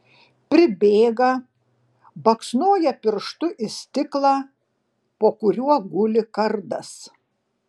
pribėga baksnoja pirštu į stiklą po kuriuo guli kardas